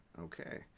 okay